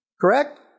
Correct